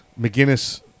McGinnis